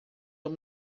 vão